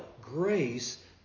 Grace